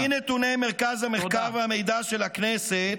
לפי נתוני מרכז המחקר והמידע של הכנסת,